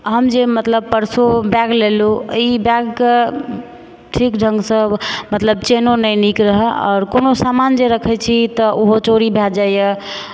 हम जे मतलब परसू बैग लेलू एहि बैगकऽ ठीक ढङ्गसँ मतलब चेनो नहि नीक रहऽ आओर कोनो समान जे रखैत छी तऽ ओहो चोरी भय जाइए